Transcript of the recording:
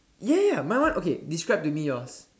ya ya ya my one okay describe to me yours